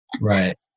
Right